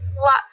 Lots